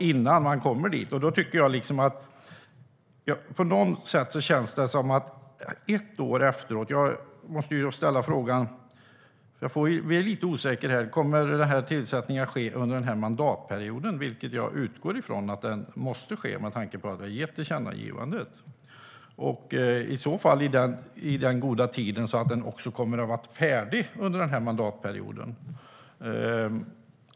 Innan man kommer dit behöver man ha haft den breda diskussionen. Jag blir lite osäker, så jag måste ställa frågan igen: Kommer tillsättningen att ske under den här mandatperioden? Jag utgår från att den måste ske med tanke på tillkännagivandet. I så fall måste det ske i så god tid att den också kommer att vara färdig under den här mandatperioden.